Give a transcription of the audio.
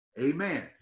Amen